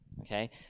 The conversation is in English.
okay